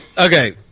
Okay